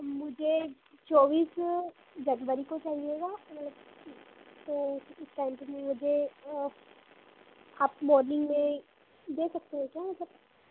मुझे चौबीस जनवरी को चहिएगा तो उस टाइम पर मुझे आप मॉर्निंग में दे सकते हैं क्या मतलब